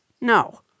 no